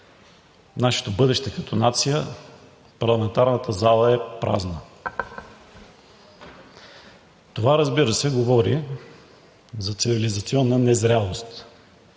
нашето бъдеще като нация, парламентарната зала е празна. Това, разбира се, говори за цивилизационна незрялост